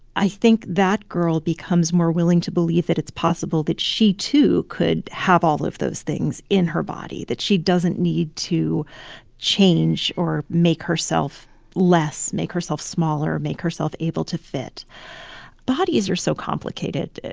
i think that girl becomes more willing to believe that it's possible that she, too, could have all of those things in her body, that she doesn't need to change or make herself less, make herself smaller, make herself able to fit bodies are so complicated.